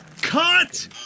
Cut